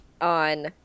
on